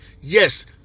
Yes